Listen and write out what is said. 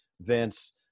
Vince